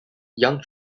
young